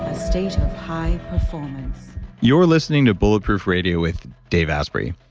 a state of high performance you're listening to bulletproof radio with dave asprey.